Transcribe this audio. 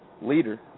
leader